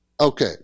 Okay